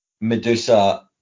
Medusa